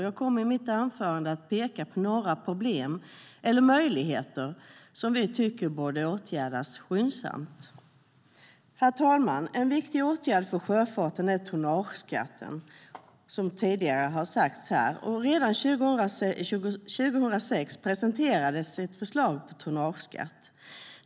Jag kommer i mitt anförande att peka på några problem eller möjligheter som vi tycker borde åtgärdas skyndsamt. Herr talman! En viktig åtgärd för sjöfarten är tonnageskatten, som tidigare har sagts. Redan 2006 presenterades ett förslag på tonnageskatt.